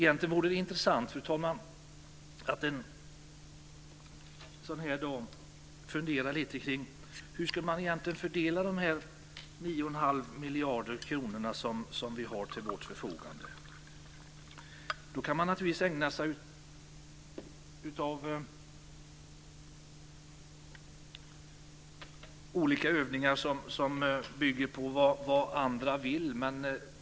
Egentligen vore det intressant, fru talman, att en sådan här dag fundera lite kring hur man egentligen skulle fördela de 9 1⁄2 miljarder kronor som vi har till vårt förfogande. Man kan naturligtvis ägna sig åt olika övningar som bygger på vad andra vill.